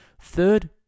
Third